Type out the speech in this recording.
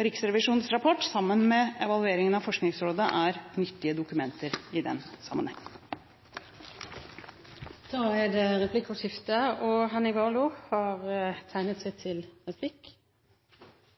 Riksrevisjonens rapport sammen med evalueringen av Forskningsrådet er nyttige dokumenter i den sammenheng. Det blir replikkordskifte. Politisk koordinering i